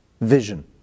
vision